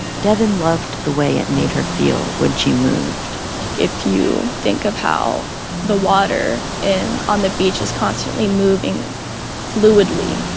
devyn loved the way it made her feel when she moved if you think of how the water in on the beach is constantly moving fluidly,